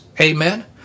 Amen